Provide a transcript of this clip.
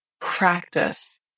practice